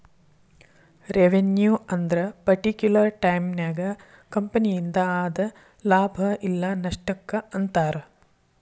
revenue ಅಂದ್ರ particular ಟೈಮನ್ಯಾಗ ಕಂಪನಿಯಿಂದ ಆದ ಲಾಭ ಇಲ್ಲ ನಷ್ಟಕ್ಕ ಅಂತಾರ